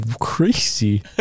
Crazy